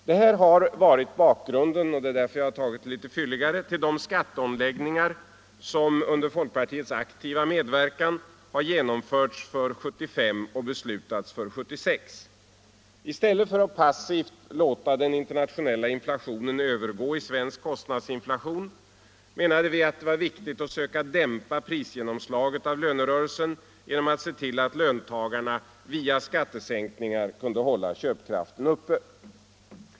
Det här har varit bakgrunden — och det är därför jag har tagit upp det litet fylligare — till de skatteomläggningar som under folkpartiets aktiva medverkan har genomförts för 1975 och beslutats för 1976. I stället för att passivt låta den internationella inflationen övergå i svensk kostnadsinflation menade vi att det var viktigt att söka dämpa prisgenomslaget av lönerörelsen genom att se till att löntagarna via skattesänkningar kunde hålla köpkraften uppe.